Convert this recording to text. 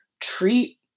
treat